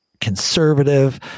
conservative